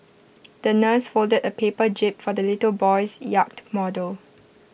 the nurse folded A paper jib for the little boy's yacht model